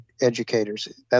educators